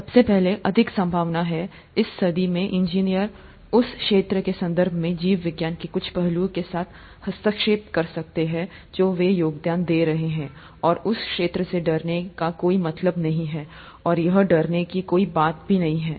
सबसे अधिक संभावना है इस सदी में इंजीनियर उस क्षेत्र के संदर्भ में जीव विज्ञान के कुछ पहलू के साथ हस्तक्षेप कर सकते हैं जो वे योगदान दे रहे हैं और उस क्षेत्र से डरने का कोई मतलब नहीं है और यह डरने की कोई बात नहीं है